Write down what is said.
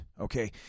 okay